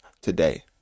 today